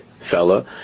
fella